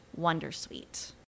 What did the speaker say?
wondersuite